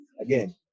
Again